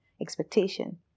expectation